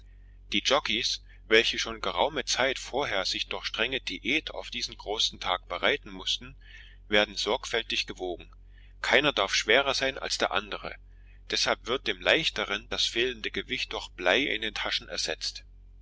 die jockeis welche schon geraume zeit vorher sich durch strenge diät auf diesen großen tag bereiten mußten werden sorgfältig gewogen keiner darf schwerer sein als der andere deshalb wird dem leichteren das fehlende gewicht durch blei in den taschen ersetzt